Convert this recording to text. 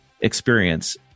experience